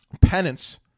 penance